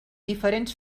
diferents